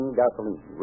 gasoline